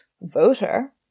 voter